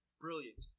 Brilliant